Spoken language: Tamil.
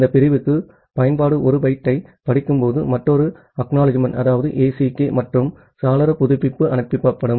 இந்த பிரிவுக்கு பயன்பாடு 1 பைட்டைப் படிக்கும்போது மற்றொரு ACK மற்றும் சாளர புதுப்பிப்பு அனுப்பப்படும்